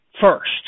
first